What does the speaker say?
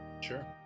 Sure